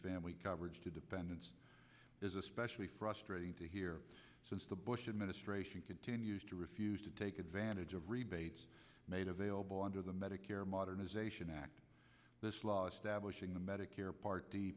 family coverage to dependents is especially frustrating to hear since the bush administration continues to refuse to take advantage of rebates made available under the medicare modernization act this law stablish in the medicare part